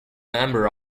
member